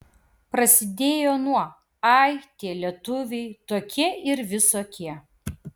prasidėjo nuo ai tie lietuviai tokie ir visokie